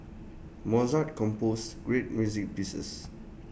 Mozart composed great music pieces